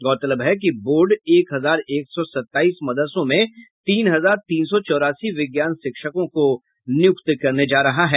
गौरलतब है कि बोर्ड एक हजार एक सौ सत्ताईस मदरसों में तीन हजार तीन सौ चौरासी विज्ञान शिक्षकों को नियुक्त करने जा रहा है